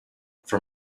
for